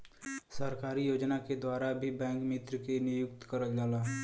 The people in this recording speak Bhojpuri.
सरकारी योजना के द्वारा भी बैंक मित्र के नियुक्ति करल जाला